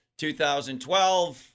2012